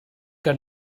que